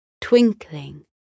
twinkling